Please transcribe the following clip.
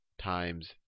times